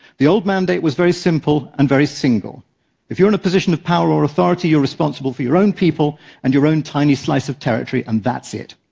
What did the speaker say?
the old mandate was very simple and very single if you're in a position of power or authority, you're responsible for your own people and your own tiny slice of territory, and that's it.